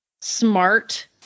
smart